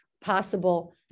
possible